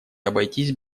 обойтись